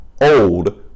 old